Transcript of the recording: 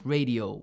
Radio